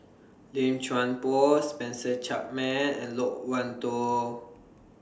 Lim Chuan Poh Spencer Chapman and Loke Wan Tho